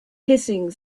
hissing